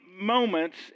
moments